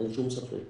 אין שום ספק.